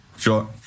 Sure